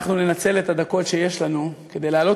אנחנו ננצל את הדקות שיש לנו כדי להעלות